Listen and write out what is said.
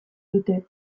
dute